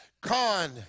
con